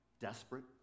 desperate